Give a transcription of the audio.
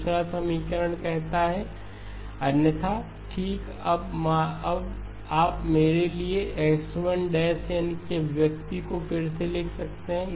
दूसरा समीकरण कहता है X1 nX1 n 4 n4 के गुणांक 0 अन्यथा अन्यथा ठीक अब आप मेरे लिए X1 n की अभिव्यक्ति को फिर से लिख सकते हैं